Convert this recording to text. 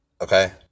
Okay